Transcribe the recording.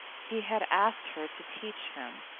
he had asked her to teach him,